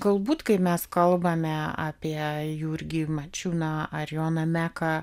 galbūt kai mes kalbame apie jurgį mačiūną ar joną meką